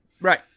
Right